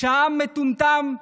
שהעם מטומטם?